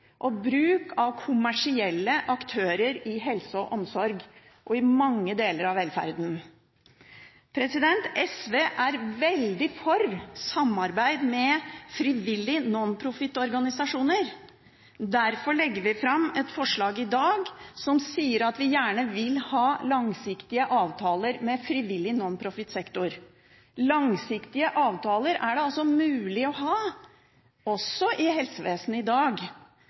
og bruk av kommersielle aktører i helse og omsorg, og i mange deler av velferden. SV er veldig for samarbeid med frivillige nonprofitorganisasjoner. Derfor legger vi fram et forslag i dag som sier at vi gjerne vil ha langsiktige avtaler med frivillig nonprofitsektor. Langsiktige avtaler er det mulig å ha også i helsevesenet i dag,